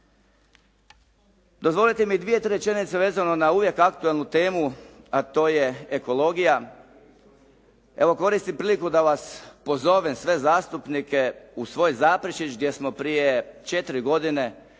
Dozvolite mi dvije, tri rečenice vezano na uvijek aktualnu temu a to je ekologija. Evo koristim priliku da vas pozovem sve zastupnike u svoj Zaprešić gdje smo prije četiri godine